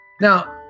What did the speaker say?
Now